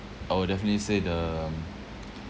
I would definitely say the um